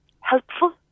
helpful